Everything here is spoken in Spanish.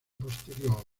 posterior